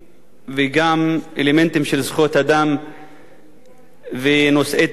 וגם אלמנטים של זכויות אדם ונושאי תכנון.